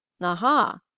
aha